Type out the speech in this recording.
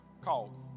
Called